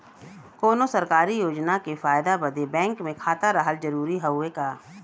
कौनो सरकारी योजना के फायदा बदे बैंक मे खाता रहल जरूरी हवे का?